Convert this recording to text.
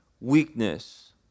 weakness